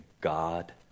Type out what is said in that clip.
God